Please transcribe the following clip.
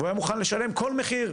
והוא היה מוכן לשלם כל מחיר.